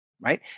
right